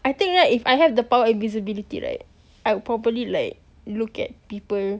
I think right if I have the power of invisibility right I will probably like look at people